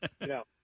No